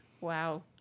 wow